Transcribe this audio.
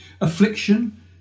Affliction